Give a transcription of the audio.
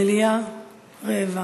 המליאה רעבה.